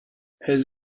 his